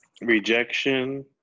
Rejection